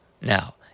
now